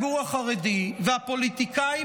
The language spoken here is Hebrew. על השליטה שלכם בציבור החרדי הצעיר,